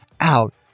out